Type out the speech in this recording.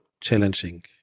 challenging